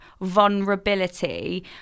vulnerability